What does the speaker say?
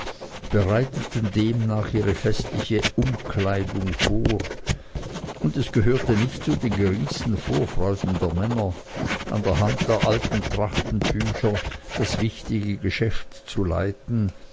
bereiteten demnach ihre festliche umkleidung vor und es gehörte nicht zu den geringsten vorfreuden der männer an der hand der alten trachtenbücher das wichtige geschäft zu leiten